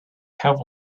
have